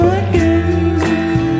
again